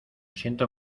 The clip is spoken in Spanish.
siento